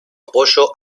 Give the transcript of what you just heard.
apoyo